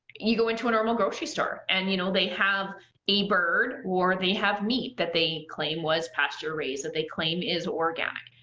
you go into a normal grocery store, and, you know, they have a bird or they have meat that they claim was pastured-raised, that they claim is organic.